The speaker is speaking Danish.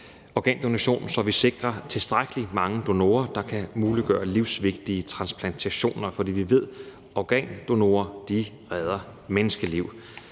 organdonation, så vi sikrer tilstrækkelig mange donorer, der kan muliggøre livsvigtige transplantationer, for vi ved, at organdonorer redder menneskeliv.